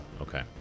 okay